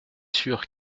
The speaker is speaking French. sûr